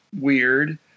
weird